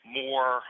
more